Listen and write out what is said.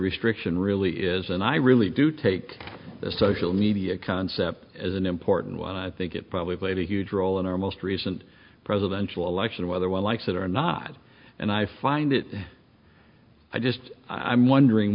restriction really is and i really do take social media concept as an important one i think it probably played a huge role in our most recent presidential election whether one likes it or not and i find it i just i'm wondering